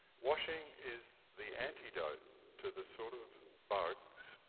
washing is the antidote to the sort of bugs,